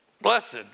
Blessed